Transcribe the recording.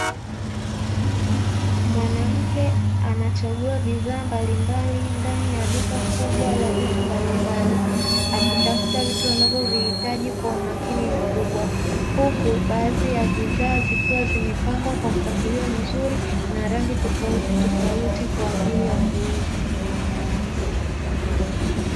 Mwanamke anachagua bidhaa mbalimbali ndani ya duka kubwa la vitu mbalimbali, akitafuta vitu anavyovihitaji kwa umakini mkubwa huku baadhi ya bidhaa zikiwa zimepangwa kwa mpangilio mzuri na rangi tofautitofauti kwa ajili ya kuuzwa.